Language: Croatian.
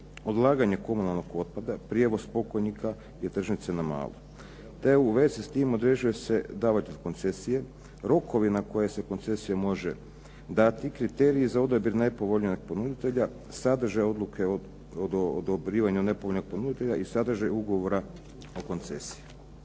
odlaganje komunalnog otpada, prijevoz pokojnika i tržnice na malo te u vezi s tim određuje se davatelju koncesije rokovi na koje se koncesija može dati, kriteriji za odabir najpovoljnijeg ponuditelja, sadržaj odluke o .../Govornik se ne razumije./... nepovoljnog ponuditelja i sadržaj ugovora o koncesiji.